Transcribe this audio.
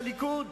חוות